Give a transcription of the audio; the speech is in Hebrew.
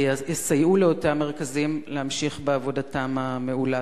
ויסייעו לאותם מרכזים להמשיך בעבודתם המעולה.